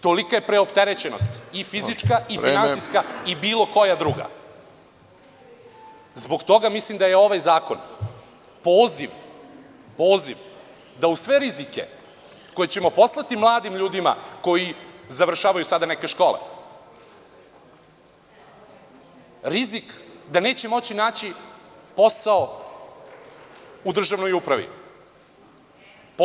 Tolika je preopterećenost i fizička i finansijska i bilo koja druga. (Predsedavajući: Vreme.) Zbog toga mislim da je ovaj zakon poziv da uz sve rizike koje ćemo poslati mladim ljudima koji završavaju sada neke škole, rizik da neće moći naći posao u državnoj upravi.